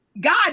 God